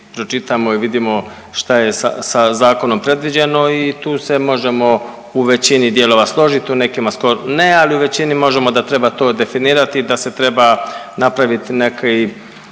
i vidimo šta je sa zakonom predviđeno i tu se možemo u većini dijelova složiti u nekima ne, ali u većini možemo da treba to definirati i da se treba napraviti neki